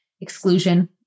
exclusion